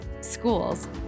schools